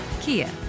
Kia